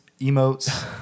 emotes